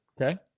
Okay